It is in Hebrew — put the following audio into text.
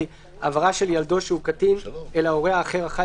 (ה)העברה של ילדו שהוא קטין אל ההורה האחר החי